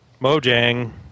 Mojang